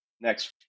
next